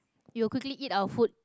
we will quickly eat our food